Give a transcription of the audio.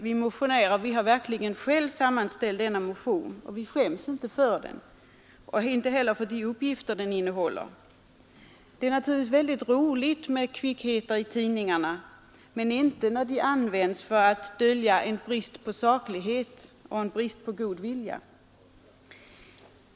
Vi motionärer har verkligen själva sammanställt denna motion, och vi skäms inte för den. Det är naturligtvis väldigt roligt med kvickheter i tidningarna men inte när de används för att dölja en brist på saklighet och en brist på god vilja.